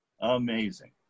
amazing